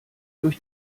durch